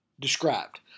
described